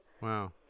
Wow